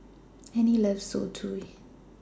Annis loves Zosui